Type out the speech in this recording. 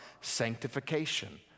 sanctification